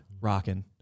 rocking